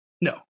No